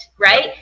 right